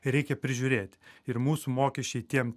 reikia prižiūrėti ir mūsų mokesčiai tiem